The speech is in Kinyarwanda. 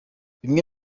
bimwe